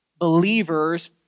believers